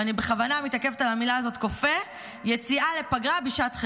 ואני בכוונה מתעכבת על המילה הזאת "כופה" יציאה לפגרה בשעת חירום.